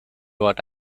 what